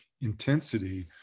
intensity